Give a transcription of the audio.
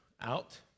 out